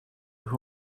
who